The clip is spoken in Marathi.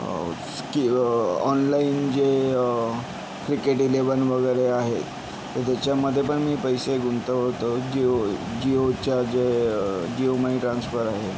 स्कीय ऑनलाईन जे क्रिकेट ईलेवन वगैरे आहे तर त्याच्यामध्येपण मी पैसे गुंतवतो जियो जियोचा जे जियो मनी ट्रान्स्फर आहे